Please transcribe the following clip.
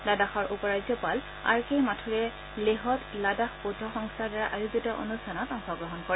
লাডাখৰ উপ ৰাজ্যপাল আৰ কে মাথুৰে লেহত লাডাখ বৌদ্ধ সংস্থাৰ দ্বাৰা আয়োজিত অনুষ্ঠানত অংশগ্ৰহণ কৰে